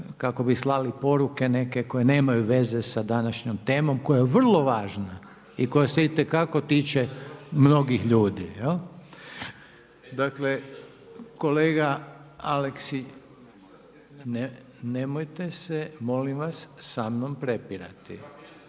kako bi slali poruke neke koje nemaju veze sa današnjom temom koja je vrlo važna i koja se itekako tiče mnogih ljudi. Dakle, kolega Aleksić. Nemojte se molim vas sa mnom prepirati.